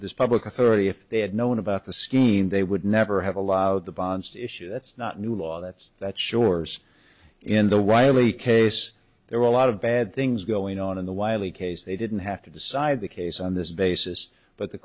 this public authority if they had known about the scheme they would never have allowed the bonds to issue that's not new law that's that shore's in the riley case there were a lot of bad things going on in the wiley case they didn't have to decide the case on this basis but the